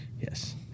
Yes